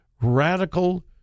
radical